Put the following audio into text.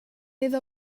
iddo